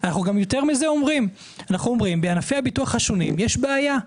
אנחנו גם אומרים שבענפי הביטוח השונים יש בעיה.